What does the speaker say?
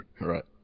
right